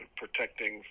protecting